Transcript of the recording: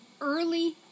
early